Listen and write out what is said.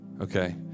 Okay